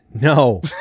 No